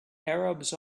arabs